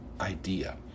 idea